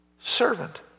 servant